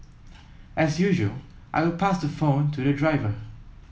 as usual I would pass the phone to the driver